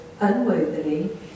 unworthily